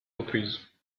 reprises